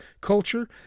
culture